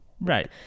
Right